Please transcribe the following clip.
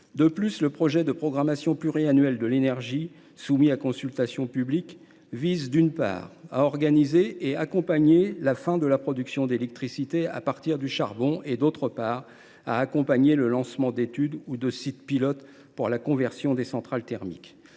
Ensuite, le projet de programmation pluriannuelle de l’énergie, soumis à consultation publique, vise, d’une part, à « organiser et accompagner la fin de la production d’électricité à partir de charbon » et, d’autre part, à « accompagner le lancement d’études ou de sites pilotes […] pour la conversion de centrale thermique